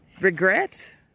regret